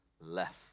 left